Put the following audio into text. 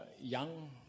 young